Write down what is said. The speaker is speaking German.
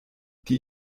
die